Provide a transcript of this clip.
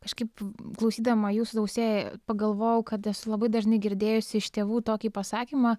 kažkaip klausydama jūsų austėja pagalvojau kad esu labai dažnai girdėjusi iš tėvų tokį pasakymą